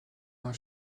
d’un